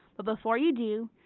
but before you do,